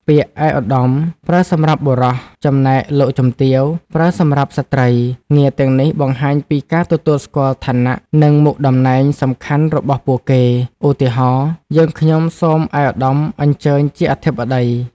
ពាក្យ ឯកឧត្តម ប្រើសម្រាប់បុរស ចំណែក លោកជំទាវ ប្រើសម្រាប់ស្ត្រី ងារទាំងនេះបង្ហាញពីការទទួលស្គាល់ឋានៈ និងមុខតំណែងសំខាន់របស់ពួកគេ ឧទាហរណ៍ យើងខ្ញុំសូមឯកឧត្តមអញ្ជើញជាអធិបតី។